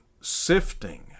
sifting